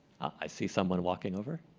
i see someone walking over.